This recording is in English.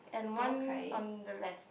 and one on the left